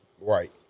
Right